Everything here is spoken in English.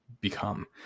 become